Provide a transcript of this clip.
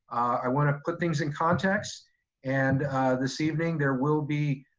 i wanna put things in context and this evening, there will be,